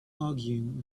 arguing